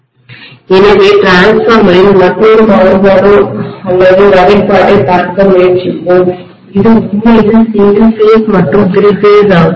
எனவே மின்மாற்றியில்டிரான்ஸ்ஃபார்மரில் மற்றொரு மாறுபாடு அல்லது வகைப்பாட்டைப் பார்க்க முயற்சிப்போம் இது உண்மையில் சிங்கிள் பேஸ் மற்றும் திரி பேஸ் ஆகும்